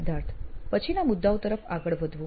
સિદ્ધાર્થ પછીના મુદ્દાઓ તરફ આગળ વધવું